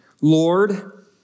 Lord